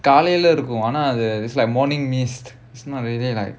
காலைல இருக்கும் ஆனா அது:kaalaila irukkum aanaa adhu it's like morning mist it's not really like